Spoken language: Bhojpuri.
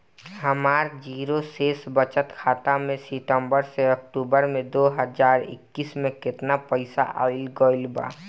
हमार जीरो शेष बचत खाता में सितंबर से अक्तूबर में दो हज़ार इक्कीस में केतना पइसा आइल गइल बा?